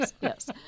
yes